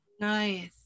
Nice